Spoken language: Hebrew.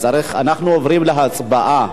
אנחנו עוברים להצבעה.